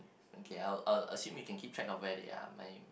okay I'll I'll assume you can keep track of where they are my